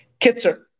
Kitzer